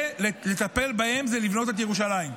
לטפל בהם זה לבנות את ירושלים.